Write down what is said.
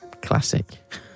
Classic